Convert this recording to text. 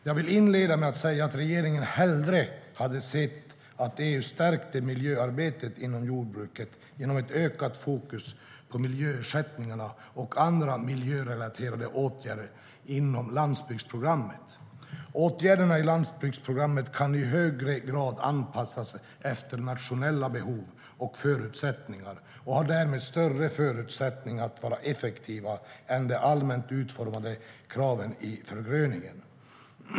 Jag vill inleda med att säga att regeringen hellre hade sett att EU stärkte miljöarbetet inom jordbruket genom ett ökat fokus på miljöersättningarna och andra miljörelaterade åtgärder inom landsbygdsprogrammet. Åtgärderna i landsbygdsprogrammet kan i högre grad anpassas efter nationella behov och förutsättningar, och har därmed större förutsättningar att vara effektiva, än de allmänt utformade kraven i förgröningen.